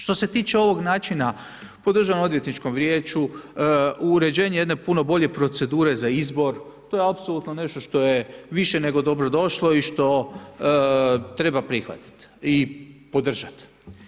Što se tiče ovog načina, ... odvjetničkom vijeću, uređenju jedne puno bolje procedure za izbor, to je apsolutno nešto što je više nego dobro došlo i što treba prihvatiti i podržati.